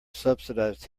subsidized